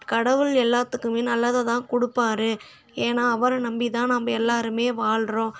கடவுள் எல்லோத்துக்குமே நல்லதை தான் கொடுப்பாரு ஏன்னா அவரை நம்பிதான் நம்ம எல்லோருமே வாழ்கிறோம்